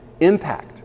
impact